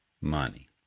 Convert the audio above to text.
money